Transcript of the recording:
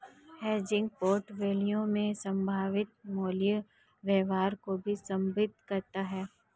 hedging portfolio में संभावित मूल्य व्यवहार को भी संबोधित करता हैं